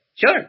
Sure